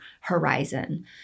horizon